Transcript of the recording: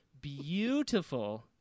beautiful